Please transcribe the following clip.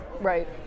right